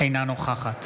אינה נוכחת